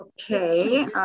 Okay